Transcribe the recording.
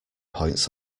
points